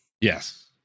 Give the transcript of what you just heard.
Yes